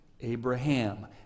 Abraham